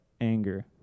anger